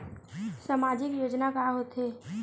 सामाजिक योजना का होथे?